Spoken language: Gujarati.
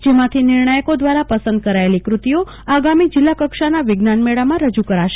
જેમાંથી નિર્ણાયકો દવારા પસંદ કરાયેલી કૃતિઓ આગામી જિલ્લા કક્ષાના વિજ્ઞાન મેળામાં રજૂ કરાશ